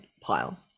pile